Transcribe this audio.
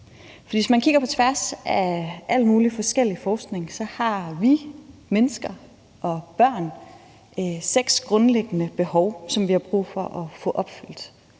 Hvis man kigger på tværs af al mulig forskellig forskning, har vi – mennesker og børn – seks grundlæggende behov, som vi har brug for at få opfyldt,